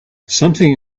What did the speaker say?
something